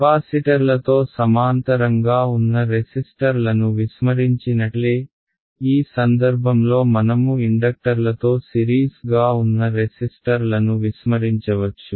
కెపాసిటర్లతో సమాంతరం గా ఉన్న రెసిస్టర్లను విస్మరించినట్లే ఈ సందర్భంలో మనము ఇండక్టర్లతో సిరీస్గా ఉన్న రెసిస్టర్లను విస్మరించవచ్చు